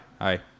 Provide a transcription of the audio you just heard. Hi